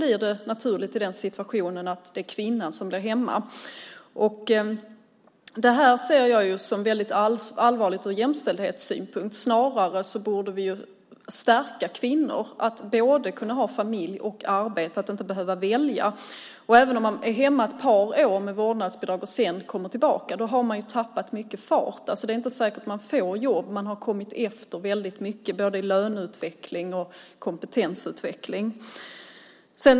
I den situationen blir det naturligt att det är kvinnan som stannar hemma. Jag ser det som väldigt allvarligt ur jämställdhetssynpunkt. Vi borde i stället stärka kvinnor att kunna ha både familj och arbete och inte behöva välja. Även om man är hemma ett par år med vårdnadsbidrag och sedan kommer tillbaka har man tappat mycket fart. Det är inte säkert att man får jobb. Man har kommit efter mycket både i löneutveckling och i kompetensutveckling.